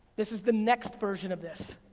this is the next version of this.